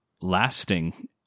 lasting